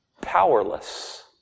powerless